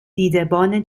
دیدبان